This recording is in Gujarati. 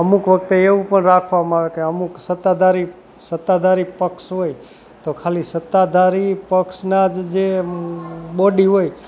અમુક વખતે એવું પણ રાખવામાં આવે કે અમુક સત્તાધારી સત્તાધારી પક્ષ હોય તો ખાલી સત્તાધારી પક્ષના જ જે બોડી હોય